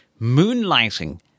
moonlighting